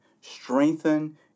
strengthen